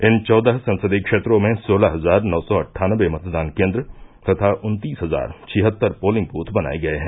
इन चौदह संसदीय क्षेत्रों में सोलह हज़ार नौ सौ अट्ठानवे मतदान केन्द्र तथा उत्तीस हज़ार छिहत्तर पोलिंग बूथ बनाये गये है